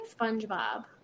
SpongeBob